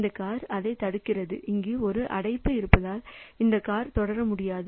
இந்த கார் அதைத் தடுக்கிறது இங்கு ஒரு அடைப்பு இருப்பதால் இந்த காரைத் தொடர முடியாது